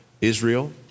Israel